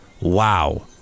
Wow